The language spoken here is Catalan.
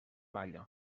balla